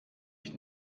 ich